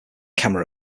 camera